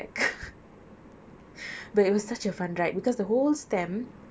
so I was like uh okay the view and everything is very nice but I'm going back